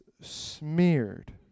smeared